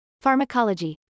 Pharmacology